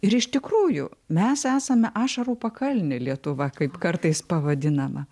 ir iš tikrųjų mes esame ašarų pakalnė lietuva kaip kartais pavadinama